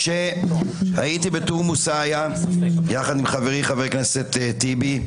היית בתורמוס עיא יחד עם חברי, חבר הכנסת טיבי.